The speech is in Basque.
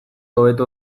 hobetu